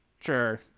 sure